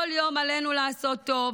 כל יום עלינו לעשות טוב,